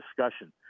discussion